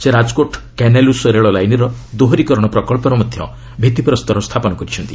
ସେ ରାଜକୋଟ୍ କାନାଲୁସ୍ ରେଳ ଲାଇନ୍ର ଦୋହରୀକରଣ ପ୍ରକଳ୍ପର ଭିଭିପ୍ରସ୍ତର ସ୍ଥାପନ କରିଛନ୍ତି